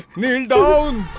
kneel down.